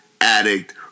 Addict